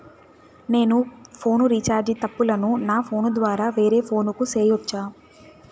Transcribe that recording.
నేను phone recharge తప్పులను నా ఫోను ద్వారా వేరే ఫోను కు సేయొచ్చా?